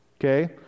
Okay